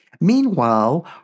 Meanwhile